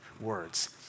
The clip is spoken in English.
words